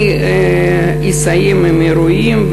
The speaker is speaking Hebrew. אני אסיים עם האירועים,